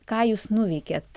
ką jūs nuveikėt